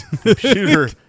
Computer